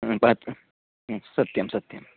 पात् सत्यं सत्यम्